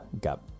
got